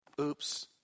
Oops